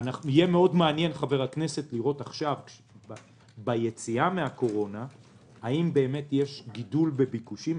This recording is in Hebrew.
יהיה מעניין לראות עכשיו ביציאה מהקורונה האם יש גידול בביקושים.